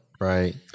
Right